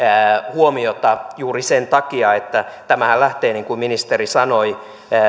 huomiota juuri sen takia että tämähän lähtee niin kuin ministeri sanoi